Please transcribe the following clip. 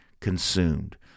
consumed